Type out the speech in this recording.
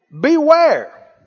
Beware